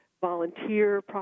volunteer